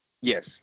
Yes